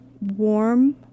warm